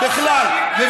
בגלל זה מתנגדים לחוק.